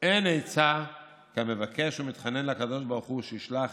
אין עצה כמבקש ומתחנן לקדוש ברוך הוא שישלח